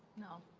no.